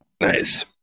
Nice